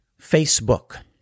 Facebook